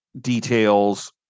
details